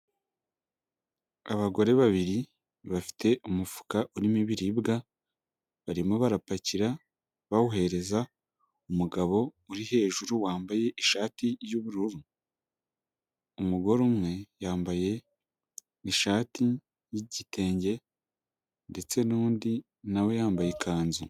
Abagore babiri bafite umufuka urimo ibiribwa, barimo barapakira bawuhereza umugabo uri hejuru wambaye ishati y'ubururu, umugore umwe yambaye ishati y'igitenge ndetse n'undi nawe yambaye ikanzu.